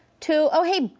two, oh hey,